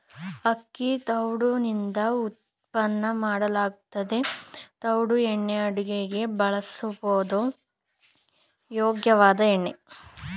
ಅಕ್ಕಿ ತವುಡುನಿಂದ ಉತ್ಪನ್ನ ಮಾಡಲಾಗ್ತದೆ ತವುಡು ಎಣ್ಣೆ ಅಡುಗೆಗೆ ಬಳಸೋದಕ್ಕೆ ಯೋಗ್ಯವಾದ ಎಣ್ಣೆ